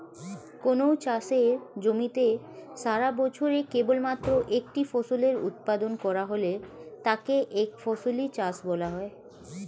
কোনও চাষের জমিতে সারাবছরে কেবলমাত্র একটি ফসলের উৎপাদন করা হলে তাকে একফসলি চাষ বলা হয়